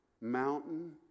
mountain